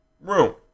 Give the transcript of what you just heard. Room